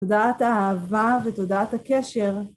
תודעת האהבה ותודעת הקשר.